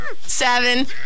seven